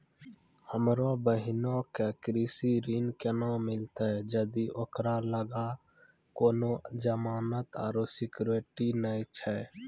हमरो बहिनो के कृषि ऋण केना मिलतै जदि ओकरा लगां कोनो जमानत आरु सिक्योरिटी नै छै?